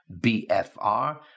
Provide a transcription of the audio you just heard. BFR